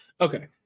Okay